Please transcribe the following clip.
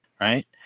right